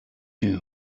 you